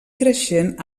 creixent